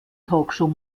talkshow